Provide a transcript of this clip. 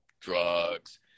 drugs